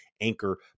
Anchor